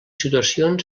situacions